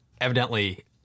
evidently